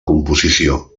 composició